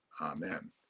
Amen